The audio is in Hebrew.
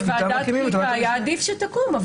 היה עדיף שוועדת הקליטה תקום.